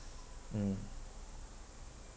mm